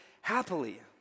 happily